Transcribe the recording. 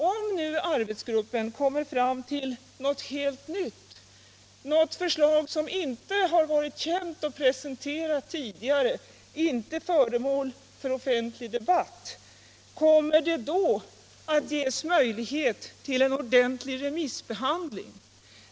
Om nu arbetsgruppen kommer fram till något helt nytt, ett förslag som inte tidigare varit känt och presenterat, som inte varit föremål för offentlig debatt, kommer det då att ges möjlighet till en ordentlig remissbehandling?